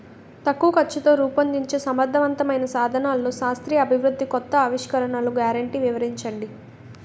తక్కువ ఖర్చుతో రూపొందించే సమర్థవంతమైన సాధనాల్లో శాస్త్రీయ అభివృద్ధి కొత్త ఆవిష్కరణలు గ్యారంటీ వివరించండి?